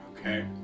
Okay